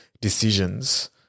decisions